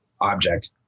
object